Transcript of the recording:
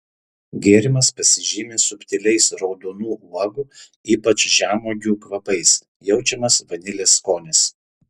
gėrimas pasižymi subtiliais raudonų uogų ypač žemuogių kvapais jaučiamas vanilės skonis